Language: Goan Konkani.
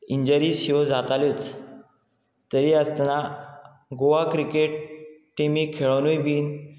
इंजरीस ह्यो जाताल्योच तरी आसतना गोवा क्रिकेट टिमीक खेळोनूय बीन